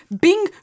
Bing